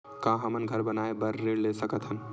का हमन घर बनाए बार ऋण ले सकत हन?